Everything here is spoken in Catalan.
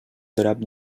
drap